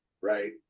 right